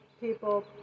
people